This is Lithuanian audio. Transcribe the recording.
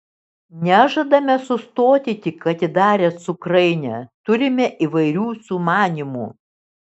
nežadame sustoti tik atidarę cukrainę turime įvairių sumanymų